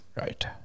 Right